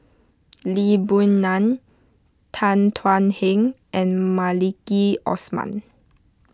Lee Boon Ngan Tan Thuan Heng and Maliki Osman